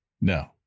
No